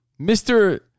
Mr